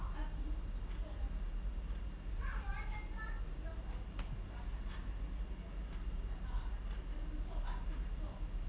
um